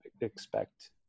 expect